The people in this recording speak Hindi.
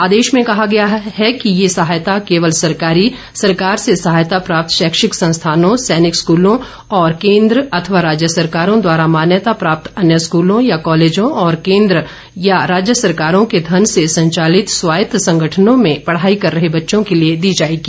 आदेश में कहा गया है कि यह सहायता केवल सरकारी सरकार से सहायता प्राप्त शैक्षिक संस्थानों सैनिक स्कलों और केन्द्र अथवा राज्य सरकारों द्वारा मान्यता प्राप्त अन्य स्कूलों या कॉलेजों और केन्द्र अथवा राज्य सरकारों के धन से संचालित स्वायत्त संगठनों में पढाई कर रहे बच्चों के लिए दी जायेगी